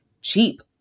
cheap